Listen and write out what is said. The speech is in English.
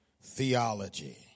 theology